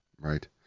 Right